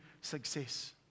success